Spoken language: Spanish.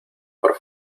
por